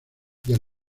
del